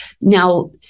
Now